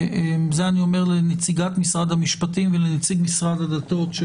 אומר לנציגת משרד המשפטים ולנציג משרד הדתות.